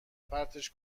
پرتش